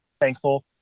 thankful